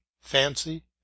fancy